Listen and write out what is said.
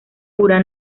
pura